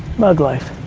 mug life.